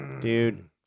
Dude